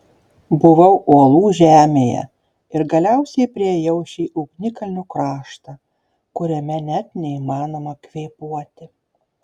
buvau uolų žemėje ir galiausiai priėjau šį ugnikalnių kraštą kuriame net neįmanoma kvėpuoti